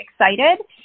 excited